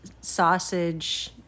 sausage